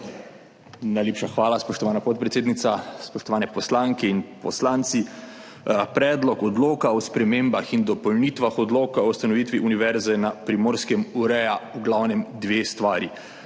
Najlepša hvala, spoštovana podpredsednica. Spoštovane poslanke in poslanci! Predlog odloka o spremembah in dopolnitvah Odloka o ustanovitvi Univerze na Primorskem ureja v glavnem dve stvari.